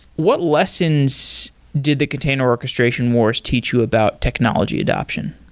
what lessons did the container orchestration wars teach you about technology adoption?